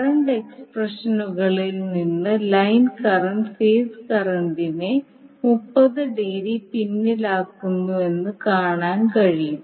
current എക്സ്പ്രഷനുകളിൽ നിന്ന് line current phase കറന്റിനെ 30 ഡിഗ്രി പിന്നിലാക്കുന്നുവെന്ന് കാണാൻ കഴിയും